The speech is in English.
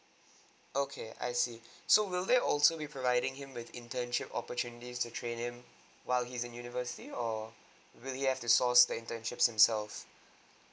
okay I see so will there also be providing him with internship opportunities to train him while he is in university or will he have to source the internships himself